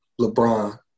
LeBron